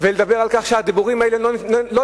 ולדבר על כך שהדיבורים האלה לא נהפכו,